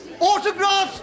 autographs